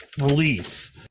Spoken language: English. release